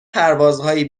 پروازهایی